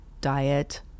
diet